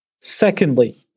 Secondly